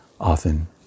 often